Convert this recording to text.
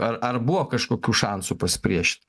ar ar buvo kažkokių šansų pasipriešint